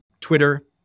Twitter